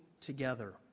together